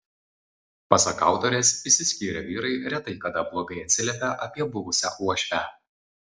pasak autorės išsiskyrę vyrai retai kada blogai atsiliepia apie buvusią uošvę